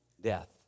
death